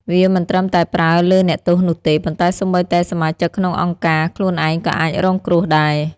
វាមិនត្រឹមតែប្រើលើអ្នកទោសនោះទេ ប៉ុន្តែសូម្បីតែសមាជិកក្នុងអង្គការខ្លួនឯងក៏អាចរងគ្រោះដែរ។